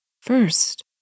first